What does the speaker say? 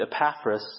Epaphras